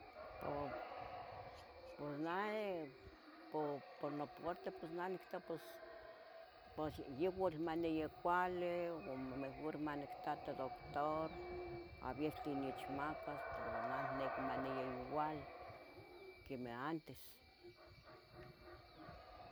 Po, pos nahi, po, por nu puarte pos nah nectoua pos, pos yehwatl maniyi cuali, uan majur manictati. doctor avier tlin nechmacas, puro nah niqui. mai igual, quemeh antes.